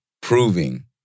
proving